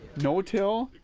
no till.